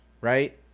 right